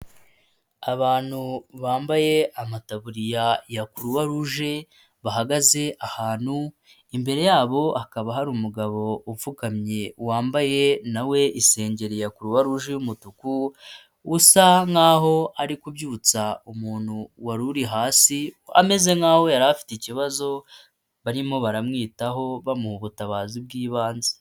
Abantu bambaye amataburiya ya croix rouge bahagaze ahantu, imbere yabo hakaba hari umugabo upfukamye wambaye nawe isengeri ya croix rouge y’umutuku, usa nk’aho ari kubyutsa umuntu war’uri hasi, ameze nk’aho yar’afite ikibazo barimo baramwitaho bamuha ubutabazi bw'ibanze.